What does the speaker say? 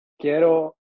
quiero